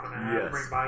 Yes